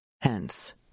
Hence